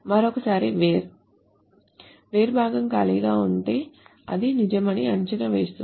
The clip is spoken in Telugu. మరోసారి where where భాగం ఖాళీగా ఉంటే అది నిజమని అంచనా వేస్తుంది